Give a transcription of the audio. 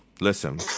Listen